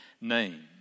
name